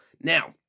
Now